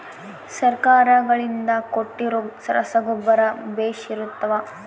ಸರ್ಕಾರಗಳಿಂದ ಕೊಟ್ಟಿರೊ ರಸಗೊಬ್ಬರ ಬೇಷ್ ಇರುತ್ತವಾ?